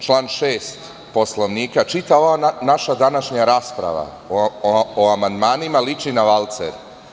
Član 6. Poslovnika, čitava ova naša današnja rasprava o amandmanima liči na valcer.